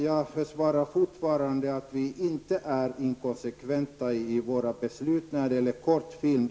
Jag hävdar alltså fortfarande att vi inte varit inkonsekventa i våra ställningstaganden när det gäller kortfilmen.